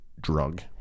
drug